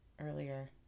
earlier